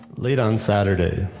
late on saturday,